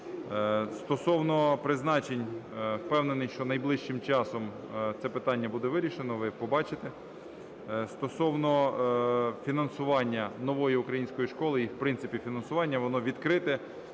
Стосовно призначень. Впевнений, що найближчим часом це питання буде вирішено, ви побачите. Стосовно фінансування "Нової української школи" і, в принципі, фінансування, воно відкрите.